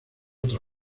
otra